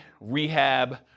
rehab